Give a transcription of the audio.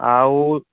ଆଉ